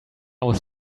was